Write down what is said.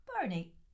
Bernie